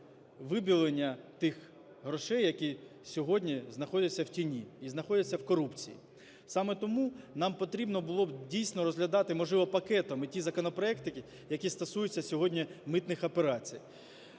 намвибілення тих грошей, які сьогодні знаходяться в тіні і знаходяться в корупції. Саме тому нам потрібно було б, дійсно, розглядати можливо пакетом і ті законопроекти, які стосуються сьогодні митних операцій.